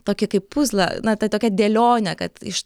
tokį kaip puzlą na tą tokią dėlionę kad iš